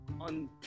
on